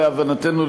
להבנתנו,